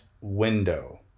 window